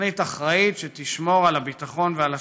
תוכנית אחראית, שתשמור על הביטחון ועל השלום,